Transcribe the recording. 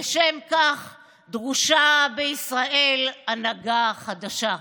לשם כך דרושה בישראל הנהגה חדשה.